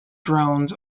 drones